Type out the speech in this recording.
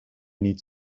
niet